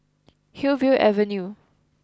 Hillview Avenue